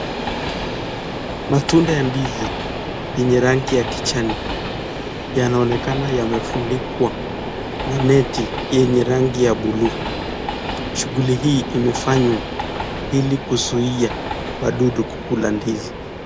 Matunda ya ndizi, yenye rangi ya kijani, yanaonekana yamefunikwa, na neti, yenye rangi ya buluu, shuguli hii imefanywa, ili kusuiya, wadudu kukula ndizi.